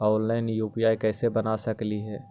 Online UPI कैसे बना सकली ही?